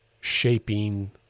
shaping